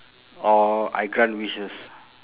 or I grant wishes